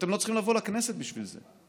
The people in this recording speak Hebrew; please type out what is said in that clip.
ואתם לא צריכים לבוא לכנסת בשביל זה,